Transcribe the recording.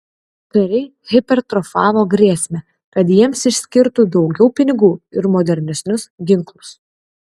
kariai hipertrofavo grėsmę kad jiems išskirtų daugiau pinigų ir modernesnius ginklus